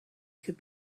could